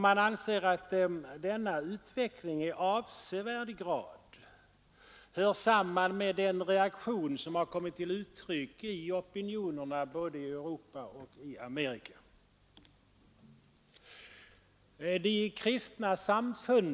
Man anser att denna utveckling i avsevärd grad hör samman med den reaktion som kommit till uttryck i opinionerna både i Europa och i Amerika.